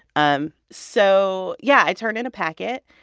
um so, yeah, i turned in a packet.